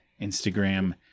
Instagram